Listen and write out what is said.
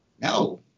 no